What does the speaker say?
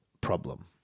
problem